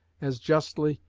as justly,